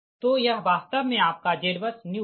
तो यह वास्तव मे आपका ZBUSNEW है